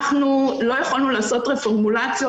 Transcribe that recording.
אנחנו לא יכולנו לעשות רפורמולציות,